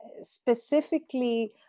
specifically